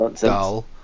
dull